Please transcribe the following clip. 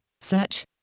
Search